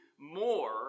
more